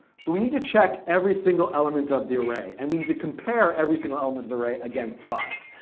so we need to check every single element of the array, and we need to compare every single element of the array against five.